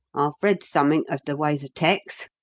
read summink of the ways of tecs.